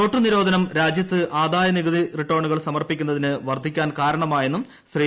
note നിരോധനം രാജ്യത്ത് ആദായ നികുതി റിട്ടേണുകൾ സമർപ്പിക്കുന്നത് വർദ്ധിക്കാൻ കാരണമായെന്നും ശ്രീ